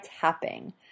tapping